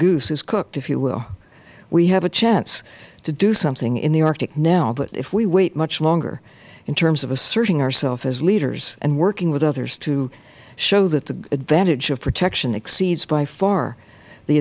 goose is cooked if you will we have a chance to do something in the arctic now but if we wait much longer in terms of asserting ourselves as leaders and in working with others to show the advantage of protection exceeds by far the